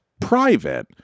private